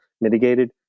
mitigated